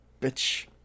bitch